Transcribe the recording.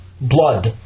blood